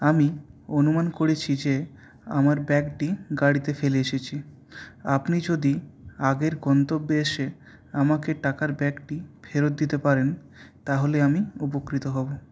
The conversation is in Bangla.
আমি অনুমান করেছি যে আমার ব্যাগটি গাড়িতে ফেলে এসেছি আপনি যদি আগের গন্তব্যে এসে আমাকে টাকার ব্যাগটি ফেরত দিতে পারেন তাহলে আমি উপকৃত হবো